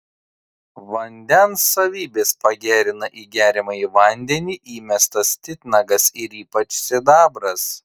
vandens savybes pagerina į geriamąjį vandenį įmestas titnagas ir ypač sidabras